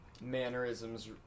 mannerisms